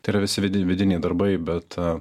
tai yra visi vidi vidiniai darbai bet